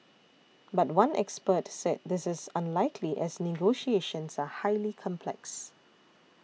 but one expert said this is unlikely as negotiations are highly complex